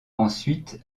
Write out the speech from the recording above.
ensuite